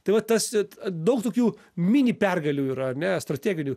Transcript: tai va tas t daug tokių mini pergalių yra ane strateginių